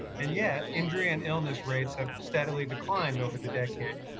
and yet, injury and illness rates have steadily declined over the decade.